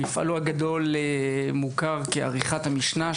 מפעלו הגדול מוכר כעריכת המשנה,